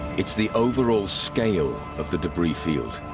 it's the overall scale of the debris field